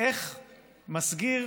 איך מסגיר